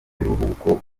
biruhuko